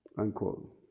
unquote